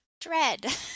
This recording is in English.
dread